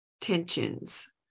tensions